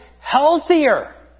healthier